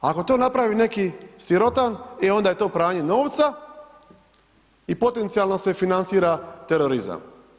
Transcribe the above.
Ako to napravi neki sirotan, e onda je to pranje novca i potencijalno se financira terorizam.